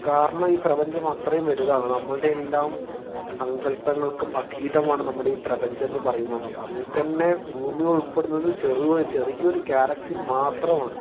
കാരണം ഈ പ്രപഞ്ചം അത്രയും വലുതാണ് നമ്മുടെയെല്ലാം സങ്കൽപ്പങ്ങൾക്കും അതീതമാണ് നമ്മുടെ ഈ പ്രപഞ്ചം എന്ന് പറയുന്നത് അതിൽ തന്നെ ഭൂമി ഉൾപ്പെടുന്നത് ചെറു ചെറിയ ഒരു ഗാലക്സിയിൽ മാത്രമാണ്